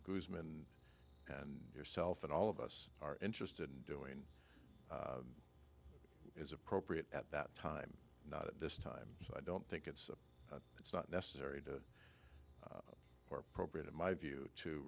goodman and yourself and all of us are interested in doing is appropriate at that time not at this time so i don't think it's it's not necessary to or appropriate in my view to